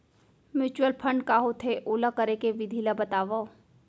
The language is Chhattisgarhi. म्यूचुअल फंड का होथे, ओला करे के विधि ला बतावव